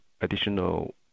additional